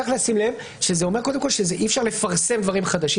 צריך לשים לב שזה אומר שאי-אפשר לפרסם דברים חדשים.